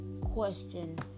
question